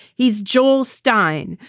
he's joel stein,